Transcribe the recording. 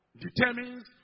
determines